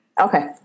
Okay